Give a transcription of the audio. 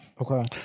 Okay